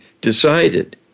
decided